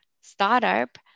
startup